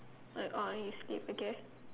like oh you sleep okay